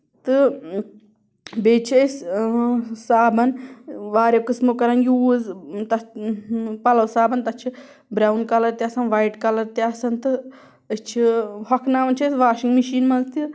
تہٕ بیٚیہِ چھِ أسۍ صابَن واریاہ قٔسمُک کران یوٗز تَتھ پَلو صابَن تَتھ چھُ بروُن کَلر تہِ آسان وۄیِٹ کَلر تہِ آسان تہٕ أسۍ چِھِ ہۄکھناوان چھِ أسۍ واشِنگ میشیٖن منٛز تہِ